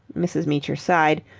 mrs. meecher sighed,